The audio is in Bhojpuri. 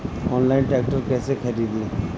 आनलाइन ट्रैक्टर कैसे खरदी?